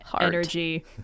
energy